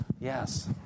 Yes